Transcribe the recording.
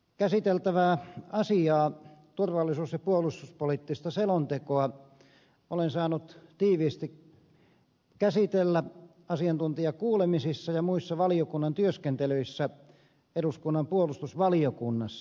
käsiteltävää asiaa turvallisuus ja puolustuspoliittista selontekoa olen saanut tiiviisti käsitellä asiantuntijakuulemisissa ja muissa valiokunnan työskentelyissä eduskunnan puolustusvaliokunnassa